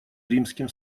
римским